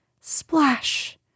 splash